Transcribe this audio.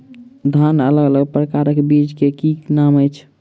धान अलग अलग प्रकारक बीज केँ की नाम अछि?